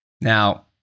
Now